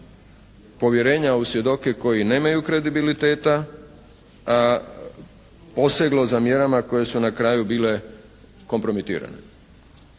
povjerenja u svjedoke koji nemaju kredibiliteta poseglo za mjerama koje su na kraju bile kompromitirane,